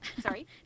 Sorry